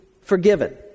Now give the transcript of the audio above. forgiven